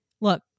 Look